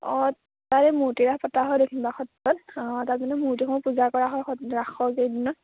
অঁ আৰু মূৰ্তি ৰাস পতা হয় বিভিন্ন দক্ষিণপাট সত্ৰত অঁ তাত কিন্তু মূৰ্তিসমূহ পূজা কৰা হয় সত ৰাসৰ কেইদিনত